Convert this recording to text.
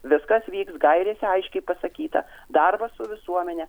viskas vyks gairėse aiškiai pasakyta darbas su visuomene